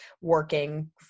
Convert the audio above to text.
working